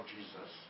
Jesus